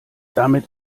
damit